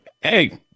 Hey